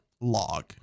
log